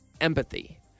empathy